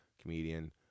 comedian